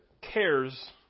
cares